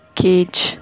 cage